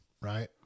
right